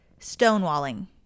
stonewalling